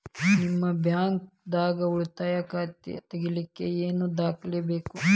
ನಿಮ್ಮ ಬ್ಯಾಂಕ್ ದಾಗ್ ಉಳಿತಾಯ ಖಾತಾ ತೆಗಿಲಿಕ್ಕೆ ಏನ್ ದಾಖಲೆ ಬೇಕು?